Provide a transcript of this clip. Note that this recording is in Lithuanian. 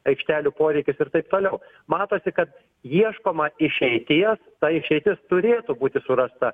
aikštelių poreikis ir taip toliau matosi kad ieškoma išeities ta išeitis turėtų būti surasta